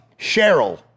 Cheryl